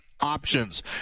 options